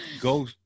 go